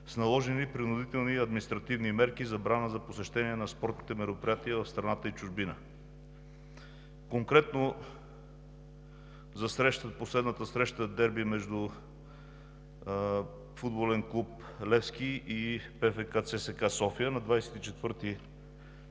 с наложени принудителни и административни мерки – забрана за посещения на спортните мероприятия в страната и чужбина. Конкретно за последната среща – дерби между Футболен клуб „Левски“ и ПФК „ЦСКА – София“ на 24